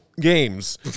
games